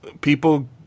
people